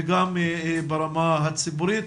וגם ברמה הציבורית.